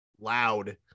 loud